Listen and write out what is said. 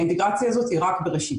האינטגרציה הזאת היא רק בראשיתה.